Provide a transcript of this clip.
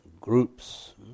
groups